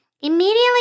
Immediately